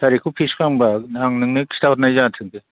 थारिखखौ fix खालामबा आं नोंनो खिथा हरनाय जासिगोन दे